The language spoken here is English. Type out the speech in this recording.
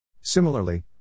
Similarly